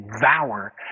devour